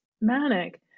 manic